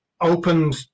opened